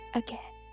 again